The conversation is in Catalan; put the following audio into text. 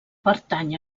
pertany